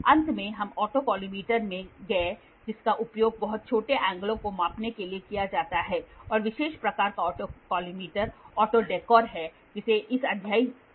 अंत में हम ऑटो कोलिमेटर में गए जिसका उपयोग बहुत छोटे एंगलों को मापने के लिए किया जाता है और विशेष प्रकार का ऑटोकॉलिमेटर ऑटो डेकोर है जिसे इस अध्याय में भी शामिल किया गया था